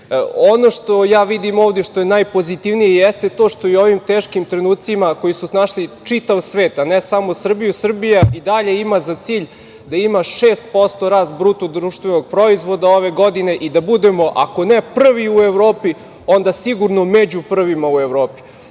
što vidim ovde i što je najpozitivnije, jeste to što i u ovim teškim trenucima, koji su snašli čitav svet, ne samo Srbiju, Srbija i dalje ima za cilj da ima 6% rast BDP-a ove godine i da budemo, ako ne prvi u Evropi, onda sigurno među prvima u Evropi. Ono